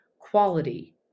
quality